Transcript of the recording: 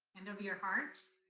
and over your heart,